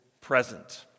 present